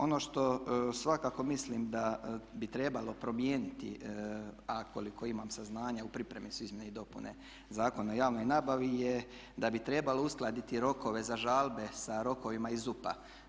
Ono što svakako mislim da bi trebalo promijeniti, a koliko imam saznanja u pripremi su izmjene i dopune Zakona o javnoj nabavi, jest da bi trebalo uskladiti rokove za žalbe sa rokovima iz ZUP-a.